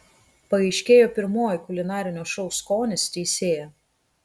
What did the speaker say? paaiškėjo pirmoji kulinarinio šou skonis teisėja